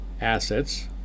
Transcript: Assets